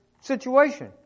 situation